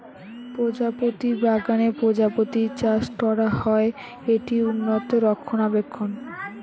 প্রজাপতি বাগানে প্রজাপতি চাষ করা হয়, এটি উন্নত রক্ষণাবেক্ষণ